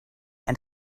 and